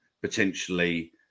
potentially